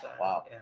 wow